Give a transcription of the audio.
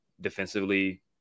defensively